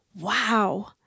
Wow